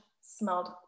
smelled